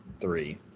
three